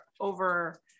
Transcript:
over